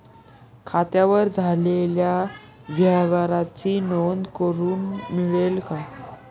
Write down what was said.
खात्यावर झालेल्या व्यवहाराची नोंद करून मिळेल का?